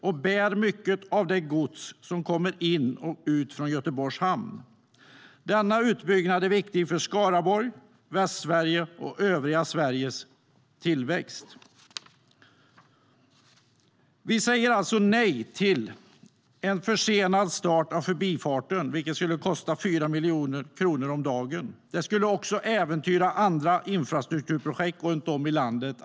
Den bär mycket av det gods som kommer in och ut från Göteborgs hamn. Denna utbyggnad är viktig för Skaraborg, för Västsverige och för övriga Sveriges tillväxt. Vi säger nej till en försenad start av Förbifarten, vilket skulle kosta 4 miljoner kronor om dagen. Det skulle också äventyra andra infrastrukturprojekt runt om i landet.